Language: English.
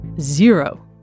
zero